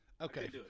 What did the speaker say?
Okay